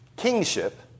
kingship